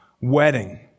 wedding